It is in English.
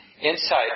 insight